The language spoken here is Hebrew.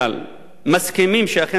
מסכימים שאכן זה המצב,